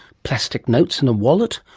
plastic notes in a wallet,